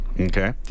okay